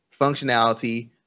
functionality